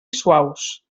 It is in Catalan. suaus